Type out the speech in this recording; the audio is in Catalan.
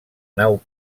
nau